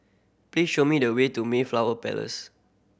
please show me the way to Mayflower Palace